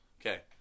Okay